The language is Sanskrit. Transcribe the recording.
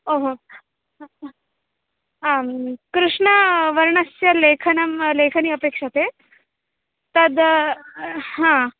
ओहो ह ह आं कृष्णवर्णस्य लेखनी लेखनी अपेक्ष्यते तद् हा